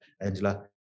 Angela